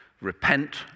Repent